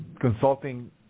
consulting